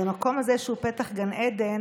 אז המקום הזה, שהוא פתח גן עדן,